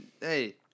hey